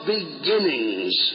beginnings